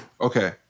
Okay